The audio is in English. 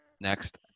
Next